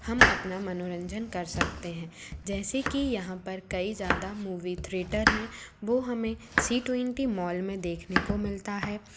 हम अपना मनोरंजन कर सकते हैं जैसे कि यहाँ पर कई ज़्यादा मूवी थ्रेटर हैं वो हमें सी ट्वेंटी मॉल में देखने को मिलता है